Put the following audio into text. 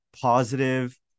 positive